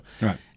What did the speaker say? Right